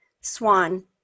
Swan